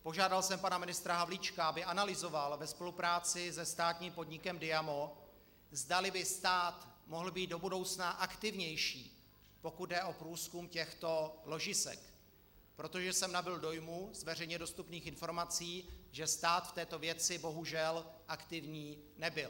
Požádal jsem pana ministra Havlíčka, aby analyzoval ve spolupráci se státním podnikem Diamo, zdali by stát mohl být do budoucna aktivnější, pokud jde o průzkum těchto ložisek, protože jsem nabyl dojmu z veřejně dostupných informací, že stát v této věci bohužel aktivní nebyl.